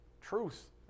truth